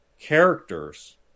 characters